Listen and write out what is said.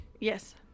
yes